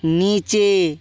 নিচে